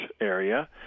area